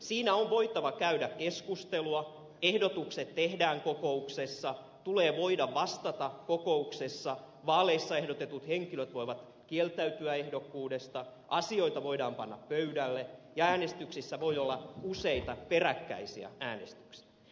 siinä on voitava käydä keskustelua ehdotukset tehdään kokouksessa tulee voida vastata kokouksessa vaaleissa ehdotetut henkilöt voivat kieltäytyä ehdokkuudesta asioita voidaan panna pöydälle ja äänestyksissä voi olla useita peräkkäisiä äänestyksiä